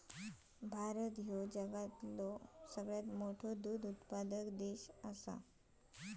भारत ह्यो जगातलो सगळ्यात मोठो दूध उत्पादक देश आसा